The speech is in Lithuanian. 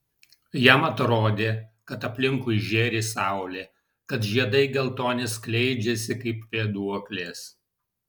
jam atrodė kad aplinkui žėri saulė kad žiedai geltoni skleidžiasi kaip vėduoklės